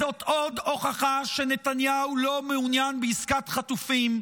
זו עוד הוכחה שנתניהו לא מעוניין בעסקת חטופים,